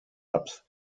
ups